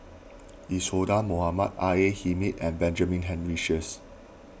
Isadhora Mohamed R A Hamid and Benjamin Henry Sheares